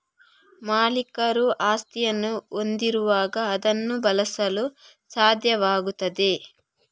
ಮಾಲೀಕರು ಆಸ್ತಿಯನ್ನು ಹೊಂದಿರುವಾಗ ಅದನ್ನು ಬಳಸಲು ಸಾಧ್ಯವಾಗುತ್ತದೆ